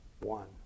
one